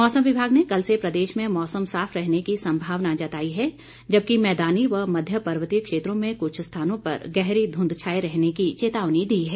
मौसम विभाग ने कल से प्रदेश में मौसम साफ रहने की संभावना जताई है जबकि मैदानी व मध्य पर्वतीय क्षेत्रों में कुछ स्थानों पर गहरी धुंध छाए रहने की चेतावनी दी है